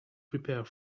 prepare